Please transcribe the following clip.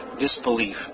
disbelief